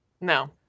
No